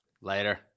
Later